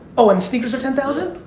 oh and sneakers are ten thousand?